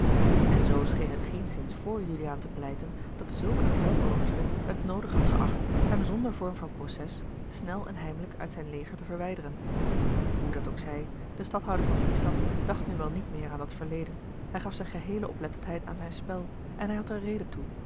en zoo scheen het geenszins voor juliaan te pleiten dat zulk een veldoverste het noodig had geacht hem zonder vorm van proces snel en heimelijk uit zijn leger te verwijderen hoe dat ook zij de stadhouder van friesland dacht nu wel niet meer aan dat verleden hij gaf zijne geheele oplettendheid aan zijn spel en hij had er reden toe